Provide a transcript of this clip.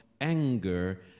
anger